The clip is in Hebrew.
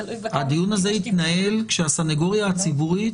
הדיון הזה יתנהל כשהסנגוריה הציבורית